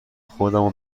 خودمو